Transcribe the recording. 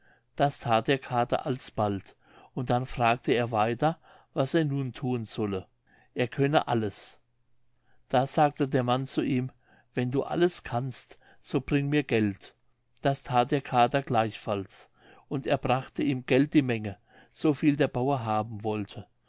das that der kater alsbald und dann fragte er weiter was er nun thun solle er könne alles da sagte der mann zu ihm wenn du alles kannst so bring mir geld das that der kater gleichfalls und er brachte ihm geld die menge so viel der bauer haben wollte